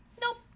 Nope